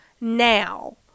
now